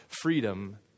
freedom